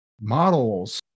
models